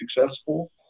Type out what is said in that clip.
successful